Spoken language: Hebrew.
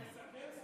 היא תסכם?